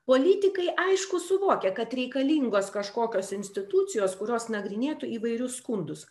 politikai aišku suvokė kad reikalingos kažkokios institucijos kurios nagrinėtų įvairius skundus